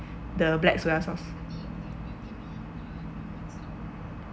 the black soya sauce